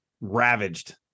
ravaged